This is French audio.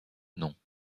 non